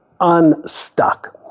unstuck